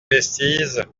vestiges